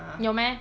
你有 meh